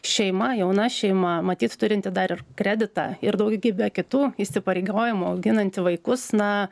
šeima jauna šeima matyt turinti dar ir kreditą ir daugybę kitų įsipareigojimų auginanti vaikus na